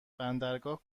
بندرگاه